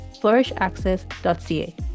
flourishaccess.ca